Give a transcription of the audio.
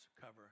cover